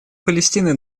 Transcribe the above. палестины